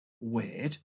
weird